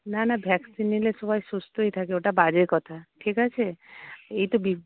না না ভ্যাকসিন নিলে সবাই সুস্থই থাকে ওটা বাজে কথা ঠিক আছে এই তো বি